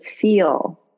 feel